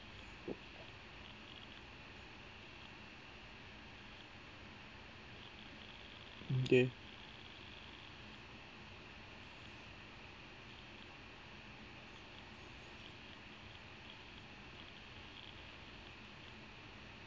okay